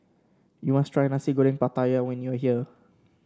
you must try Nasi Goreng Pattaya when you are here